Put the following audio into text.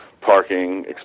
parking